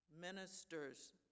ministers